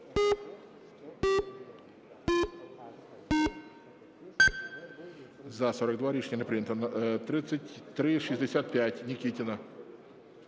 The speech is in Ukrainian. За-42 Рішення не прийнято. 3365. Нікітіна.